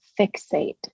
fixate